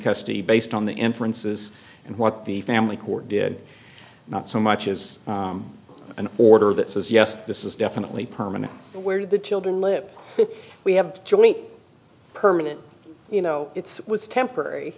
custody based on the inferences and what the family court did not so much as an order that says yes this is definitely permanent where the children live we have joint permanent you know it's was